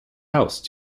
house